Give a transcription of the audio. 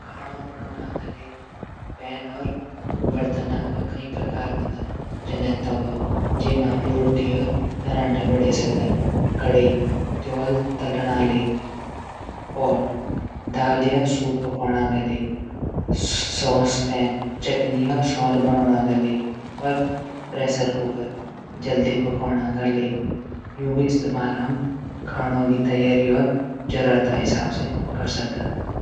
खाणू बणाणो तले पैन और बर्तन कई प्रकार हूदन। तवा जैमा हम रूटी और पंराठा बणै सकद। कडै तलणा लै पॉट दाल या सूप पकौणा तै ले। सॉस पैन अरसा बणौला ले। प्रेसर कुकुर जल्दी पकौणा ले। यूंक इस्तेमाल हम खाणू तैयारी जरूरत हिसाब से कर सखदा।